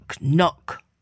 knock